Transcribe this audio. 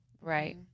Right